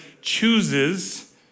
chooses